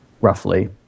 roughly